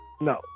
No